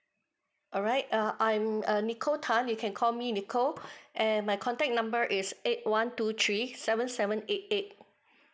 alright uh I'm err nikko tan you can call me nico and my contact number is eight one two three seven seven eight eight